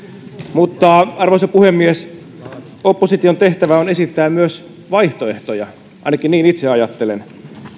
mutta arvoisa puhemies opposition tehtävä on esittää myös vaihtoehtoja ainakin niin itse ajattelen